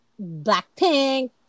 Blackpink